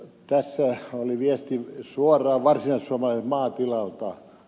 tässä olisi viesti suoraan varsinaissuomalaiselta maatilalta